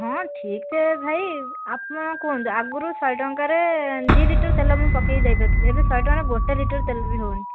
ହଁ ଠିକ୍ ଯେ ଭାଇ ଆପଣ କୁହନ୍ତୁ ଆଗରୁ ଶହେ ଟଙ୍କାରେ ଦୁଇ ଲିଟର୍ ତେଲ ମୁଁ ପକେଇକି ଯାଇପାରୁଥୁଲି ଏବେ ଶହେ ଟଙ୍କାରେ ଗୋଟେ ଲିଟର୍ ତେଲ ବି ହେଉନି